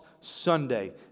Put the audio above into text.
Sunday